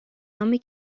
نام